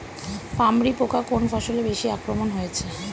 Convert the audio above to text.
পামরি পোকা কোন ফসলে বেশি আক্রমণ হয়েছে?